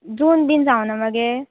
जून बीन जावना मगे